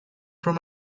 from